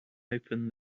open